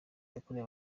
yakorewe